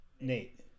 Nate